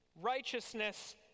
righteousness